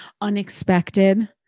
unexpected